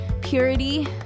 purity